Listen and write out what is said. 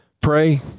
pray